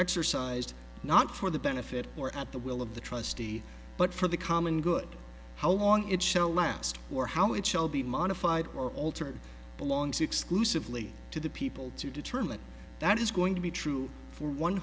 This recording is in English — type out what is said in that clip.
exercised not for the benefit or at the will of the trustee but for the common good how long it shall last or how it shall be modified or altered belongs exclusively to the people to determine that is going to be true for one